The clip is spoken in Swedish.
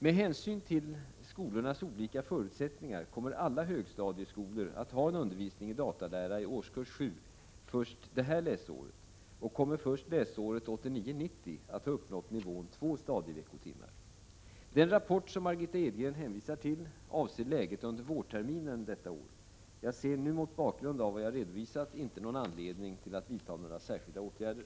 Med hänsyn till skolornas olika förutsättningar kommer alla högstadieskolor att ha undervisning i datalära i årskurs 7 först innevarande läsår och kommer först läsåret 1989/90 att ha uppnått nivån två stadieveckotimmar. Den rapport som Margitta Edgren hänvisar till avser läget under vårterminen 1987. Jag ser nu mot bakgrund av vad jag redovisat inte någon anledning till att vidta några särskilda åtgärder.